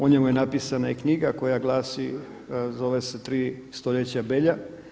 O njemu je napisana i knjiga koja glasi, zove se „Tri stoljeća Belja“